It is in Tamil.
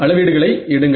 அளவீடுகளை எடுங்கள்